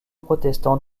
protestants